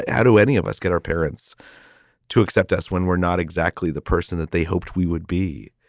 how do any of us get our parents to accept us when we're not exactly the person that they hoped we would be?